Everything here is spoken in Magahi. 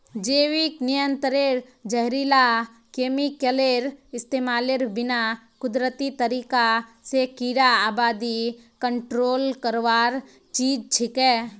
जैविक नियंत्रण जहरीला केमिकलेर इस्तमालेर बिना कुदरती तरीका स कीड़ार आबादी कंट्रोल करवार चीज छिके